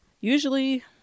Usually